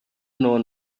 known